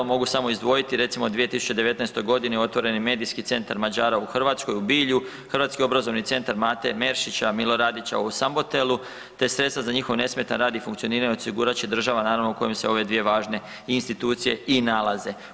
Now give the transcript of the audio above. Mogu samo izdvojiti, recimo u 2019.g. otvoren je Medijski centar Mađara u Hrvatskoj u Bilju, Hrvatski obrazovni centar „Mate Meršić Miloradić“ u Sambotelu, te sredstva za njihov nesmetan rad i funkcioniranje osigurat će država naravno u kojem se ove dvije važne institucije i nalaze.